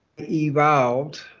evolved